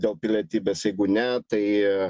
dėl pilietybės jeigu ne tai